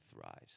thrives